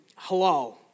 halal